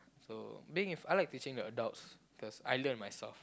so being I like teaching adults because I learn myself